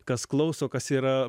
kas klauso kas yra